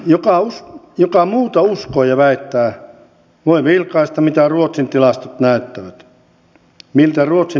joka muuta uskoo ja väittää voi vilkaista miltä ruotsin tilastot näyttävät